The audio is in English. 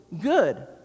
good